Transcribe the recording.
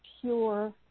pure